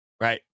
right